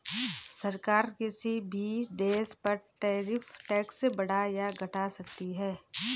सरकार किसी भी देश पर टैरिफ टैक्स बढ़ा या घटा सकती है